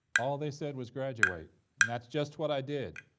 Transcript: all they said was graduate, and that's just what i did.